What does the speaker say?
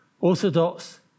orthodox